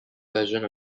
version